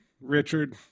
Richard